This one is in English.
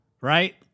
right